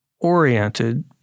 oriented